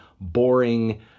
boring